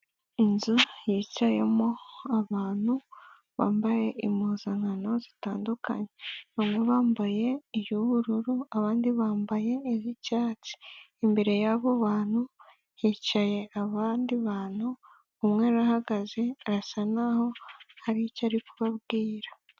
Inzu yicayemo abantu bambaye impuzankano zitandukanye. Bamwe bambaye iy'ubururu, abandi bambaye iyicyatsi. Imbere yabo bantu hicaye abandi bantu, umwe arahagaze arasa naho haricyo ari kubabwira.